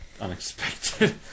unexpected